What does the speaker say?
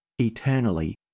eternally